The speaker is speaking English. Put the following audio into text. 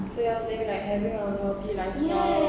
so you are saying like having a healthy lifestyle